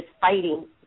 fighting